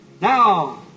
Now